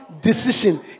decision